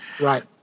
Right